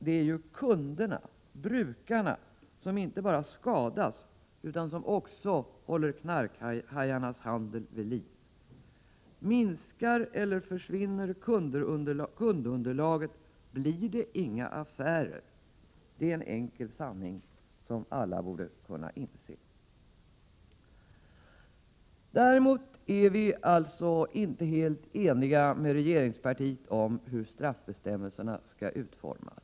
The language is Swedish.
Det är ju kunderna, brukarna, som inte bara skadas utan också håller knarkhajarnas handel vid liv. Minskar eller försvinner kundunderlaget blir det inga affärer. Det är en enkel sanning som alla borde kunna inse. Däremot är vi alltså inte helt eniga med regeringspartiet om hur straffbestämmelserna skall utformas.